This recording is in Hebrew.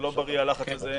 הוא לא בריא הלחץ הזה,